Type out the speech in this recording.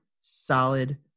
solid